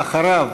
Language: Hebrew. ואחריו,